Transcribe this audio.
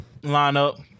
lineup